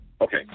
Okay